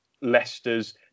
Leicester's